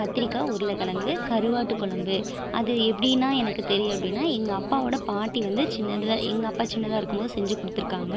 கத்திரிக்கா உருளக்கிழங்கு கருவாட்டுக்குழம்பு அது எப்படின்னா எனக்கு தெரியும் அப்படின்னா எங்கள் அப்பவோட பாட்டி வந்து சின்னதில் எங்கள் அப்பா சின்னதாக இருக்கும் போது செஞ்சிக்கொடுத்துருக்காங்க